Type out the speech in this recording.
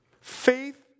Faith